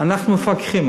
אנחנו מפקחים.